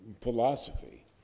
philosophy